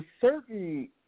certain